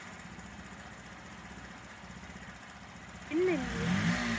तिन दिन दी ऐ